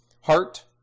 Heart